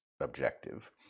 objective